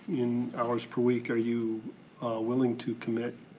in hours per week, are you willing to commit